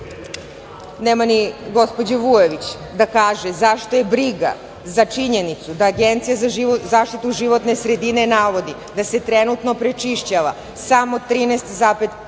dece? Nema ni gospođe Vujović da kaže zašto je briga za činjenicu da Agencija za zaštitu životne sredine navodi da se trenutno prečišćava samo 13,5%